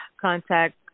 contact